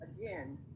Again